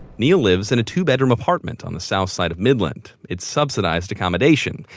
neal lives in a two-bedroom apartment on the south side of midland. it's subsidized accommodation,